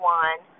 one